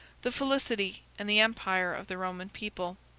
the felicity, and the empire of the roman people.